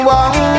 one